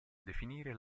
definire